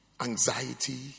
Anxiety